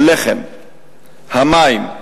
הלחם והמים,